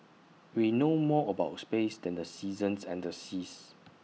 we know more about space than the seasons and the seas